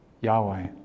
Yahweh